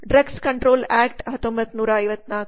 drugs control act 1954